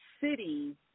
city